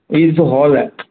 इहा ॾिसो हॉल आहे